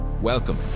Welcome